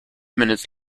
minutes